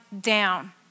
down